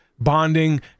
bonding